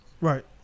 Right